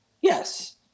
Yes